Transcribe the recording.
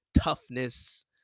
toughness